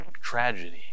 tragedy